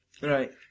Right